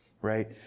right